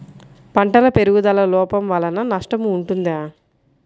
పంటల పెరుగుదల లోపం వలన నష్టము ఉంటుందా?